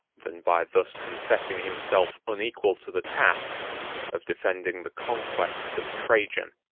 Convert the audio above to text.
than by thus confessing himself unequal to the task of defending the conquests of trajan.